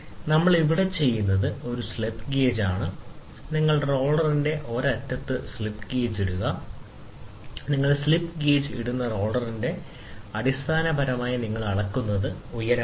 നമ്മൾ ഇവിടെ ചെയ്യുന്നത് ഒരു സ്ലിപ്പ് ഗേജ് ആണ് നിങ്ങൾ റോളറിന്റെ ഒരു അറ്റത്ത് സ്ലിപ്പ് ഗേജ് ഇടുക നിങ്ങൾ സ്ലിപ്പ് ഗേജ് ഇടുന്ന റോളറിന്റെ ഒരു അറ്റത്ത് അതിനാൽ അടിസ്ഥാനപരമായി നിങ്ങൾ അളക്കുന്നത് ഉയരവുമാണ്